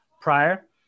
prior